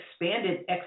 expanded